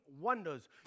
wonders